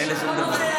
בהחלט,